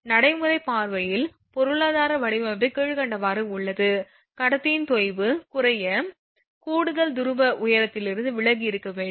நடைமுறைப் பார்வையில் பொருளாதார வடிவமைப்பு கீழ்க்கண்டவாறு உள்ளது கடத்தியின் தொய்வு குறைய கூடுதல் துருவ உயரத்திலிருந்து விலகி இருக்க வேண்டும்